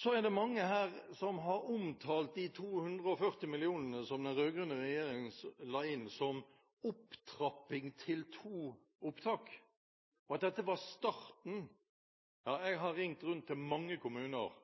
Det er mange her som har omtalt de 240 mill. kr som den rød-grønne regjeringen la inn i budsjettet, som opptrapping til to opptak, og at dette var starten. Jeg har ringt rundt til mange kommuner,